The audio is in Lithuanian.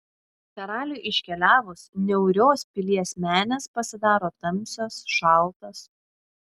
karaliui iškeliavus niaurios pilies menės pasidaro tamsios šaltos